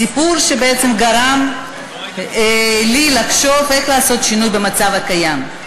סיפור שבעצם גרם לי לחשוב איך לעשות שינוי במצב הקיים.